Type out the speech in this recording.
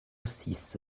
six